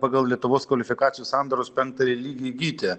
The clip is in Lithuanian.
pagal lietuvos kvalifikacijų sandaros penktąjį lygį įgyti